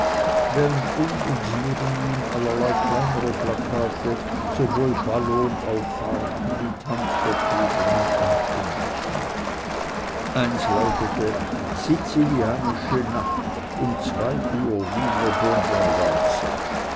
während um und neben ihm allerlei kleinere plakate sowohl ballonauffahrten wie tanzvergnügungen ankündigten eins lautete sizilianische nacht um zwei uhr wiener